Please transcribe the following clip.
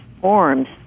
forms